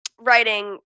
writing